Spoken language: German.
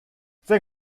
sein